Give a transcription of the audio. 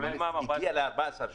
זה הגיע ל-14 שקלים.